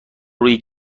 روی